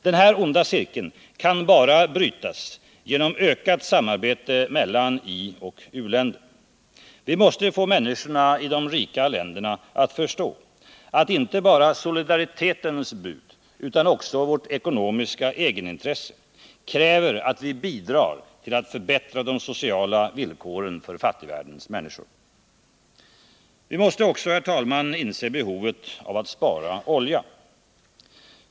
Denna onda cirkel kan man bara bryta genom ökat samarbete mellan ioch u-länder. Vi måste få människorna i de rika länderna att förstå att inte bara solidaritetens bud utan också vårt ekonomiska egenintresse kräver att vi bidrar till att förbättra de sociala villkoren för fattigvärldens människor. Vi måste också, herr talman, inse behovet av att spara olja.